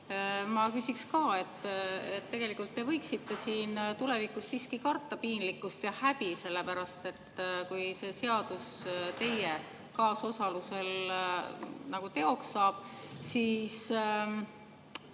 Ma küsin ka. Tegelikult te võiksite tulevikus siiski karta piinlikkust ja häbi, sellepärast et kui see seadus teie kaasosalusel teoks saab, siis